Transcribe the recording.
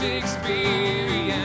experience